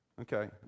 okay